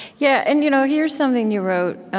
yeah and you know here's something you wrote